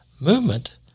movement